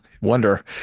wonder